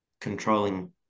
controlling